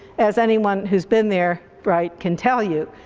as anyone who's been there, right, can tell you.